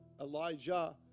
Elijah